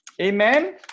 Amen